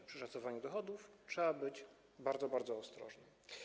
W szacowaniu dochodów trzeba być bardzo, bardzo ostrożnym.